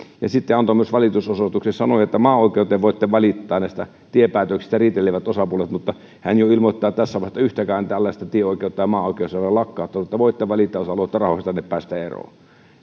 sitten hän antoi myös valitusosoituksen ja sanoi että maaoikeuteen voivat valittaa näistä tiepäätöksistä riitelevät osapuolet mutta hän jo ilmoittaa tässä vaiheessa että yhtäkään tällaista tieoikeutta ei maaoikeus ole lakkauttanut että voitte valittaa jos haluatte rahoistanne päästä eroon